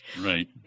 right